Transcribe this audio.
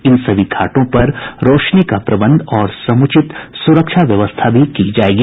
इन सभी घाटों पर रोशनी का प्रबंध और समुचित सुरक्षा व्यवस्था भी की जायेगी